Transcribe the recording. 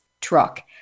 truck